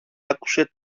άκουσε